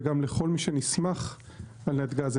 וגם לכל מי שנסמך על נתג"ז,